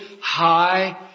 high